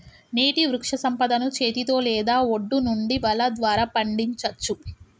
నీటి వృక్షసంపదను చేతితో లేదా ఒడ్డు నుండి వల ద్వారా పండించచ్చు